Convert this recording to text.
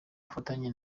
bufatanye